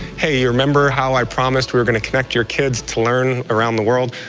hey, you remember how i promised we were gonna connect your kids to learn around the world?